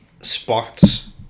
spots